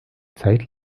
zeit